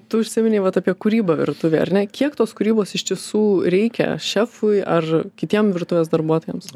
tu užsiminei vat apie kūrybą virtuvėj ar ne kiek tos kūrybos iš tiesų reikia šefui ar kitiem virtuvės darbuotojams